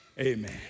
amen